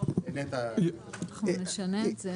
אנחנו נשנה את זה.